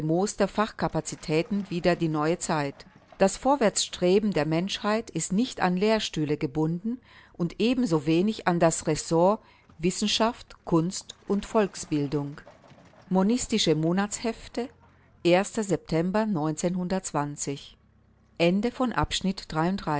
fachkapazitäten wider die neue zeit das vorwärtsstreben der menschheit ist nicht an lehrstühle gebunden und ebensowenig an das ressort wissenschaft kunst und volksbildung monistische monatshefte